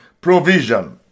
provision